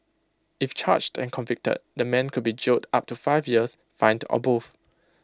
if charged and convicted the man could be jailed up to five years fined or both